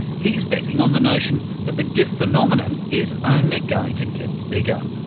he's betting on the notion that the gif phenomenon is only going to get bigger.